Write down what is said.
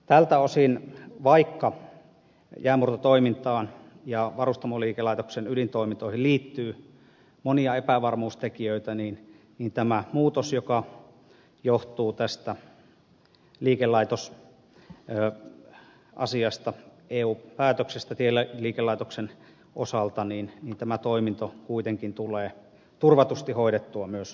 tältä osin vaikka jäänmurtotoimintaan ja varustamoliikelaitoksen ydintoimintoihin liittyy monia epävarmuustekijöitä tämän muutoksen jälkeen joka johtuu tästä liikelaitosasiasta eun päätöksestä tieliikelaitoksen osalta tämä toiminto kuitenkin tulee turvatusti hoidettua myös tulevaisuudessa